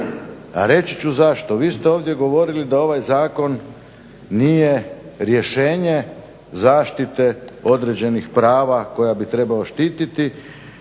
Reći ću zašto. Vi ste ovdje govorili da ovaj zakon nije rješenje zaštite određenih prava koja bi trebalo štititi